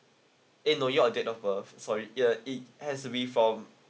eh no year or date of uh sorry uh it has to be from